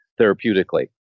therapeutically